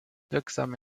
wirksame